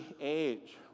age